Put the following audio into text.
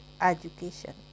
education